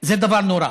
זה דבר נורא,